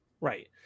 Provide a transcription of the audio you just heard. right